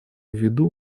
виду